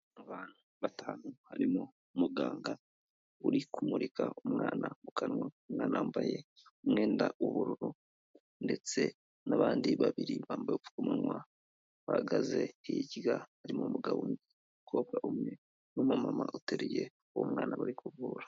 Abantu batanu harimo umuganga uri kumurika umwana mu kanwa, umwana wambaye umwenda w'ubururu, ndetse n'abandi babiri bambaye ubupfukamunwa bahagaze hirya, harimo umugabo n'umukobwa umwe, n'umumama uteruye uwo mwana bari kuvura.